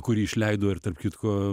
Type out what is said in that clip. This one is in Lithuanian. kuri išleido ir tarp kitko